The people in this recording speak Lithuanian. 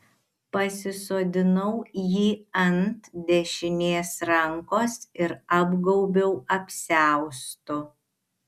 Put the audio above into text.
pasisodinau jį ant dešinės rankos ir apgaubiau apsiaustu